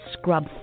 scrub